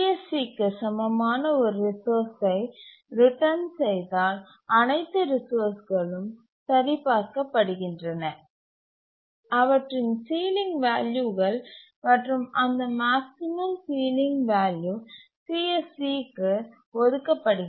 சிக்கு சமமான ஒரு ரிசோர்ஸ்சை ரிட்டன் செய்தால் அனைத்து ரிசோர்ஸ்களும் சரிபார்க்கப்படுகின்றன அவற்றின் சீலிங் வேல்யூகள் மற்றும் அந்த மேக்ஸிமம் சீலிங் வேல்யூ CSC க்கு ஒதுக்கப்படுகிறது